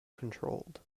controlled